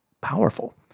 powerful